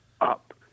up